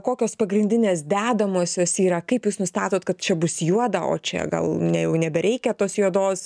kokios pagrindinės dedamosios yra kaip jūs nustatot kad čia bus juoda o čia gal ne jau nebereikia tos juodos